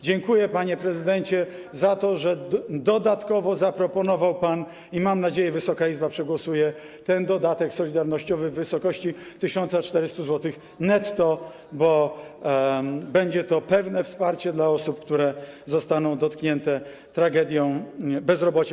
Dziękuję, panie prezydencie, za to, że dodatkowo zaproponował pan i, mam nadzieję, że Wysoka Izba to przegłosuje, dodatek solidarnościowy w wysokości 1400 zł netto, bo będzie to pewne wsparcie dla osób, które zostaną dotknięte tragedią bezrobocia.